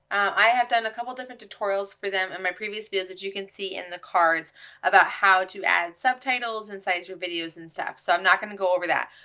i have done a couple different tutorials for them in my previous videos that you can see in the cards about how to add subtitles and size your videos and stuff. so i'm not gonna over that.